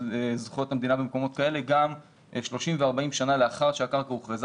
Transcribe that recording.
זכויות המדינה במקומות כאלה גם 30 ו-40 שנים לאחר שהקרקע הוכרזה